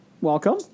Welcome